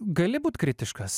gali būt kritiškas